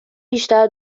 بیشتر